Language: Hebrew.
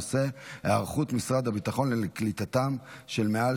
לסדר-היום בנושא: היערכות משרד הביטחון לקליטתם של מעל